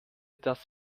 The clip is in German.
das